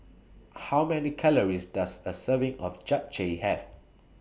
How Many Calories Does A Serving of Japchae Have